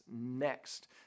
next